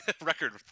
Record